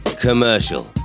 commercial